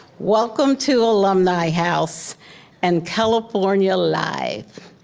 welcome to alumni house and california live.